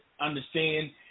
understand